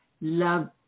love